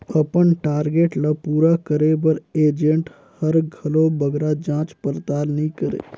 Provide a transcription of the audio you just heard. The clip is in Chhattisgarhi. अपन टारगेट ल पूरा करे बर एजेंट हर घलो बगरा जाँच परताल नी करे